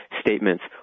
statements